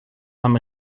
pam